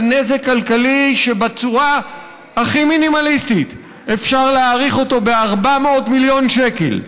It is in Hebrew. על נזק כלכלי שבצורה הכי מינימלית אפשר להעריך אותו ב-400 מיליון שקל.